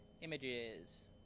Images